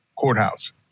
courthouse